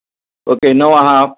okay णव आसा